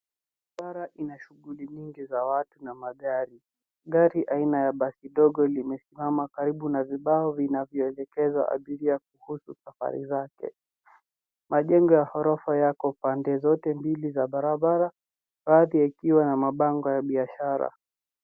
Barabara ina shughli nyingi za watu na magari. Gari aina ya basi ndogo limesimama karibu na vibao yanayoelekeza ajili ya kuhusu safari zake. Majengo ya gorofa yako pande zote mbili za barabara, baadhi yakiwa na mabango ya biashara.